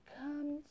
comes